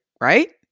right